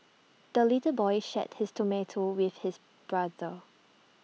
the little boy shared his tomato with his brother